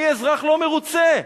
אני אזרח לא מרוצה.